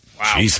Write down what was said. Wow